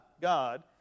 God